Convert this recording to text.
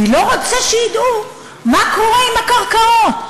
אני לא רוצה שידעו מה קורה עם הקרקעות.